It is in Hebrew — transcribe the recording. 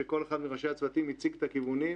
וכל אחד מראשי הצוותים הציג את הכיוונים.